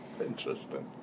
Interesting